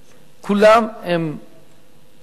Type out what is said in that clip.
כולם מסתננים.